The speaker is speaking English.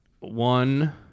one